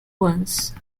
once